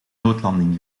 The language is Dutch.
noodlanding